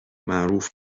معروف